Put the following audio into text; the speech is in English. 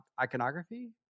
iconography